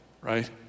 right